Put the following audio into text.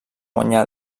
guanyar